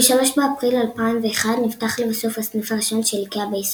ב-3 באפריל 2001 נפתח לבסוף הסניף הראשון של איקאה בישראל.